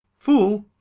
fool